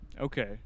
Okay